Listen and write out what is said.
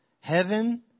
Heaven